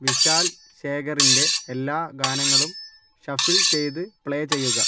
വിശാൽ ശേഖറിൻ്റെ എല്ലാ ഗാനങ്ങളും ഷഫിൾ ചെയ്ത് പ്ലേ ചെയ്യുക